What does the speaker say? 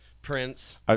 Prince